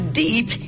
deep